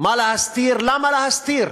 מה להסתיר, למה להסתיר?